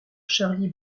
charlie